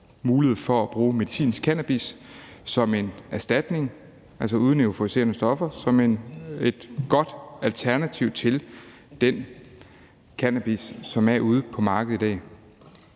mulighed for at bruge medicinsk cannabis, altså uden euforiserende stoffer, som en erstatning og et godt alternativ til den cannabis, som er ude på markedet i dag.